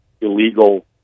illegal